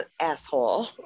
asshole